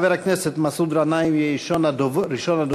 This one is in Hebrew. חבר הכנסת מסעוד גנאים יהיה ראשון הדוברים.